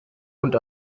und